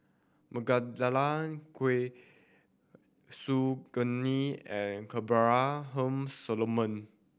Khoo Su Guaning and Abraham Solomon